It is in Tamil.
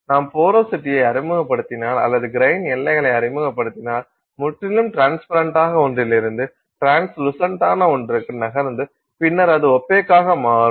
நாம் போரோசிட்டியை அறிமுகப்படுத்தினால் அல்லது கிரைன் எல்லைகளை அறிமுகப்படுத்தினால் முற்றிலும் ட்ரான்ஸ்பரன்டான ஒன்றிலிருந்து ட்ரான்ஸ்லுசன்டான ஒன்றுக்கு நகர்ந்து பின்னர் அது ஒப்பேக்காக மாறும்